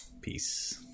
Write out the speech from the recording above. Peace